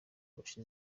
kurusha